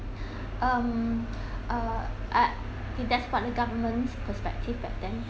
um uh uh see that's what the government's perspective back then